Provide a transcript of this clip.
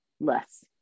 less